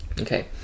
okay